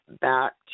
back